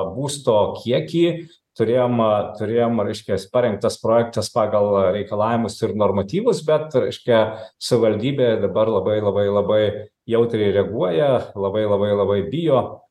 būsto kiekį turėjom turėjom reiškias parengtas projektas pagal reikalavimus ir normatyvus bet reiškia savivaldybė dabar labai labai labai jautriai reaguoja labai labai labai bijo